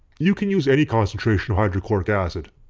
you can use any concentration of hydrochloric acid.